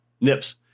nips